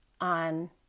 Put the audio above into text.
on